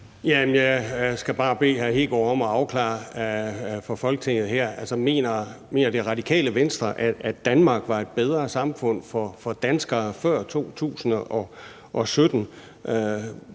Jeg skal bare bede hr. Kristian Hegaard om her at afklare for Folketinget, om Radikale Venstre mener, at Danmark var et bedre samfund for danskere før 2017,